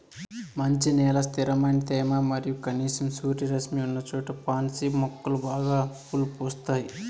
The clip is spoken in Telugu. మంచి నేల, స్థిరమైన తేమ మరియు కనీసం సూర్యరశ్మి ఉన్నచోట పాన్సి మొక్కలు బాగా పూలు పూస్తాయి